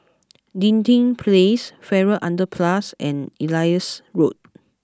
Dinding Place Farrer Underpass and Elias Road